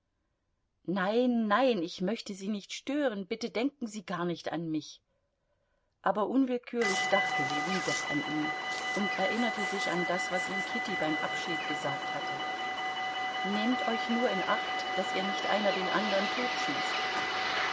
nein nein ich möchte sie nicht stören bitte denken sie gar nicht an mich aber unwillkürlich dachte ljewin doch an ihn und erinnerte sich an das was ihm kitty beim abschied gesagt hatte nehmt euch nur in acht daß ihr nicht einer den andern totschießt